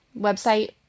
website